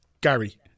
Gary